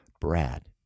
Brad